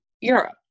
Europe